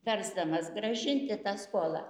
versdamas grąžinti tą skolą